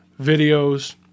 videos